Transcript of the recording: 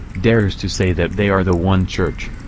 dares to say that they are the one church.